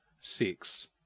six